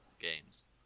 games